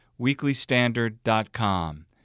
weeklystandard.com